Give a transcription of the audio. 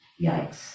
Yikes